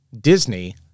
Disney